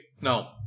No